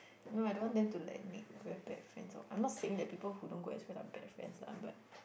no I don't want them to like make very bad friends or I'm not saying that people who don't go express are bad friends lah but